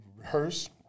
rehearse